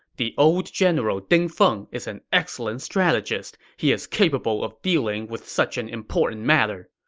the old general ding feng is an excellent strategist. he is capable of dealing with such an important matter.